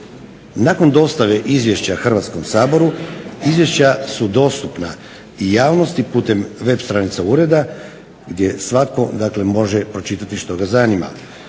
Nakon dostave izvješća Hrvatskom saboru izvješća su dostupna i javnosti putem web stranica Ureda gdje svatko, dakle može pročitati što ga zanima.